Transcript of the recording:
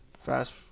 Fast